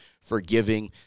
forgiving